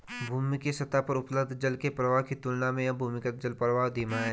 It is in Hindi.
भूमि के सतह पर उपलब्ध जल के प्रवाह की तुलना में यह भूमिगत जलप्रवाह धीमा है